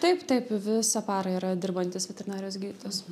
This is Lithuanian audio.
taip taip visą parą yra dirbantis veterinarijos gydytojas